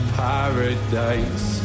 paradise